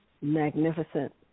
magnificent